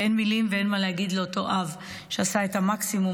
אין מילים ואין מה להגיד לאותו אב שעשה את המקסימום,